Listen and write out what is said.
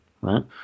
right